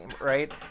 right